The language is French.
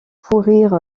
pourrir